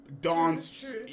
dance